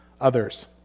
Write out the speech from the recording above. others